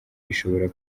ishobora